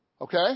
Okay